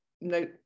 no